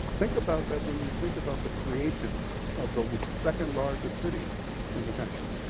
think about that when you think about the creation of the second largest city in the country.